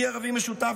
תודה רבה.